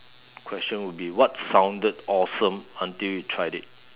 question will be what sounded awesome until you tried it